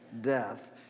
death